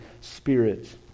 Spirit